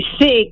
sick